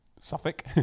Suffolk